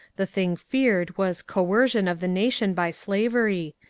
the thing feared was coercion of the nation by slavery,